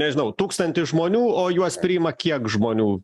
nežinau tūkstantis žmonių o juos priima kiek žmonių